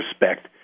respect